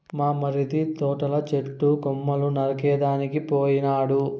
మా మరిది తోటల చెట్టు కొమ్మలు నరికేదానికి పోయినాడు